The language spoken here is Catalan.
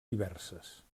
diverses